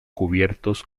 cubiertos